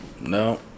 No